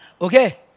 Okay